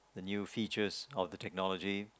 the new features of the technology